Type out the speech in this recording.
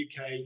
UK